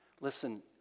Listen